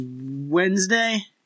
Wednesday